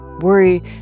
Worry